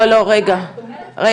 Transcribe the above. אני רק אשאל